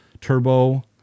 Turbo